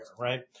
right